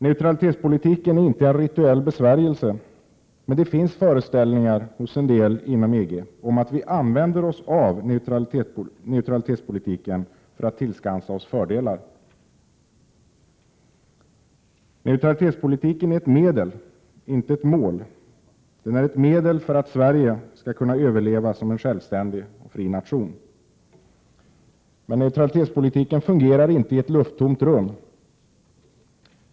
Neutralitetspolitiken är inte en rituell besvärjelse, men det finns hos en del inom EG föreställningar om att vi använder oss av neutralitetspolitiken för att tillskansa oss fördelar. Neutralitetspolitiken är ett medel, inte ett mål. Den är ett medel för att Sverige skall kunna överleva som en självständig och fri nation, men neutralitetspolitiken fungerar inte i ett lufttomt rum.